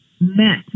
met